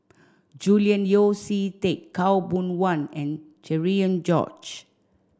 Julian Yeo See Teck Khaw Boon Wan and Cherian George